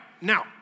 now